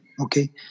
okay